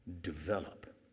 develop